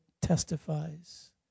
testifies